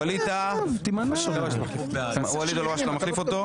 ואליד טאהא ואליד אל הואשלה מחליף אותו.